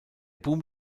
boom